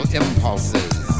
impulses